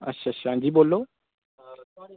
अच्छा अच्छा आं जी बोल्लो